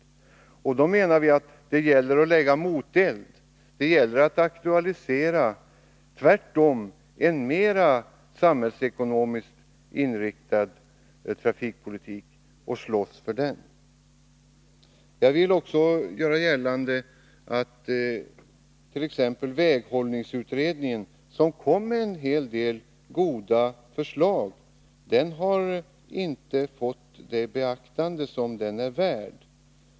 Då menar vi att det gäller att lägga moteld. Det gäller att, tvärtemot vad ni föreslår, aktualisera en mer samhällsekonomiskt inriktad trafikpolitik och slåss för den. Jag vill också göra gällande att t.ex. väghållningsutredningen, som lade fram en hel del goda förslag, inte har fått det beaktande som den är värd.